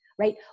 Right